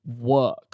work